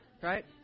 right